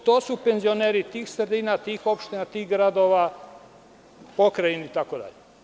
I to su penzioneri tih sredina, tih opština, tih gradova, pokrajina itd.